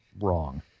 wrong